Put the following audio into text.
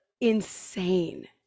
insane